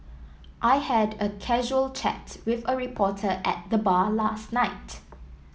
I had a casual chat with a reporter at the bar last night